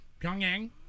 Pyongyang